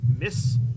Miss